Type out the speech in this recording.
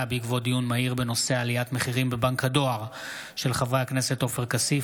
בעקבות דיון מהיר בהצעתם של חברי הכנסת עופר כסיף,